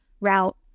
route